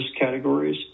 categories